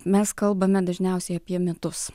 mes kalbame dažniausiai apie metus